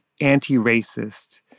anti-racist